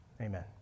Amen